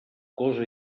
cosa